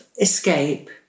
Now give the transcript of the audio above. escape